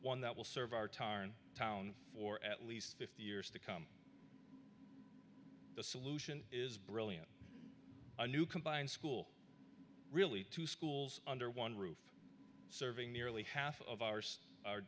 one that will serve our tarn town for at least fifty years to come the solution is brilliant a new combined school really two schools under one roof serving nearly half of our